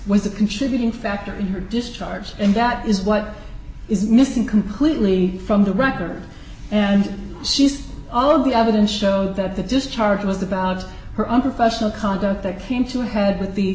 was a contributing factor in her discharge and that is what is missing completely from the record and she's all of the evidence shows that the discharge was about her unprofessional conduct that came to a head w